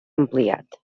ampliat